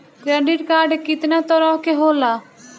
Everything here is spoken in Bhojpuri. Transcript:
क्रेडिट कार्ड कितना तरह के होला?